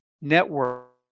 network